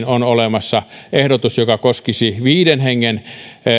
on olemassa ehdotus joka koskisi viiden hengen